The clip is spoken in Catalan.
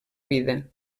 vida